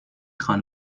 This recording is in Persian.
خوان